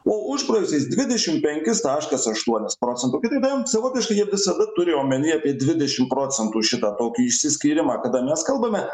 o užpraėjusiais dvidešim penkis taškas aštuonis procento kitaip tariant savotiškai jie visada turiu omeny apie dvidešim procentų šitą tokį išsiskyrimą kada mes kalbame